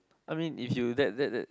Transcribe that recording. I mean if you that that that